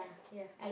ya